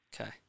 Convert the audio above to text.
Okay